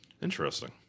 Interesting